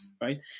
right